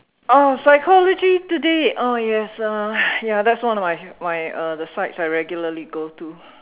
uh Psychology Today oh yes uh ya that's one of my my uh the sites I regularly go to